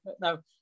No